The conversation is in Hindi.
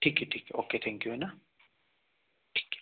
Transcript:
ठीक है ठीक है ओके थैंकयू है ना ठीक है